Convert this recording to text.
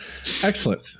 Excellent